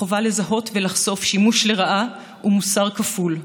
החובה לזהות ולחשוף שימוש לרעה ומוסר כפול,